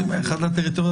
ראש מנהלת האכיפה,